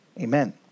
amen